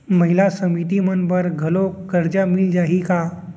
महिला समिति मन बर घलो करजा मिले जाही का?